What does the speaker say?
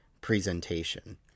presentation